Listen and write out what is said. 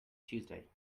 tuesday